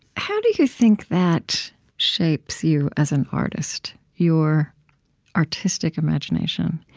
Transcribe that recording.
how do you think that shapes you as an artist, your artistic imagination,